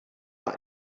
war